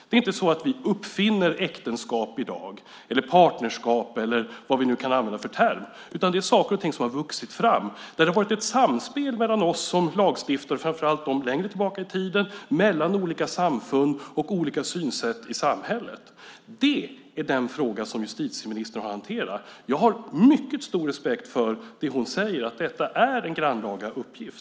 Det är inte så att vi uppfinner äktenskap i dag, eller partnerskap eller vad vi nu kan använda för term, utan det är saker och ting som har vuxit fram genom att det har varit ett samspel mellan oss som lagstiftare, framför allt längre tillbaka i tiden, och olika samfund och synsätt i samhället. Det är den fråga som justitieministern har att hantera. Jag har mycket stor respekt för det hon säger: Detta är en grannlaga uppgift.